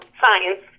science